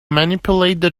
manipulate